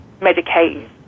medicate